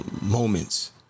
moments